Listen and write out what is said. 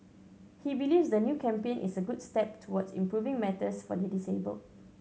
he believes the new campaign is a good step towards improving matters for the disabled